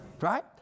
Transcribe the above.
right